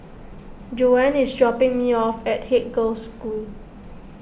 Joann is dropping me off at Haig Girls' School